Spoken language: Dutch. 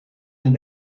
zijn